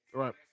right